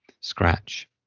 scratch